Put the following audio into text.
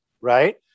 right